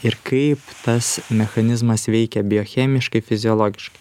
ir kaip tas mechanizmas veikia biochemiškai fiziologiškai